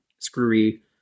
screwy